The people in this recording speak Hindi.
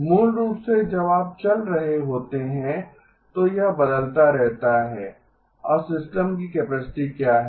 मूल रूप से जब आप चल रहे होते हैं तो यह बदलता रहता है अब सिस्टम की कैपेसिटी क्या है